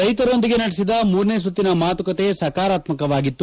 ರೈತರೊಂದಿಗೆ ನಡೆಸಿದ ಮೂರನೇ ಸುತ್ತಿನ ಮಾತುಕತೆ ಸಕಾರಾತ್ಮಕವಾಗಿತ್ತು